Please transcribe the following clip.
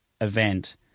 event